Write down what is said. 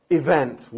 event